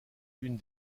une